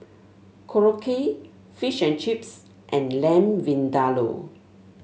Korokke Fish and Chips and Lamb Vindaloo